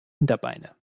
hinterbeine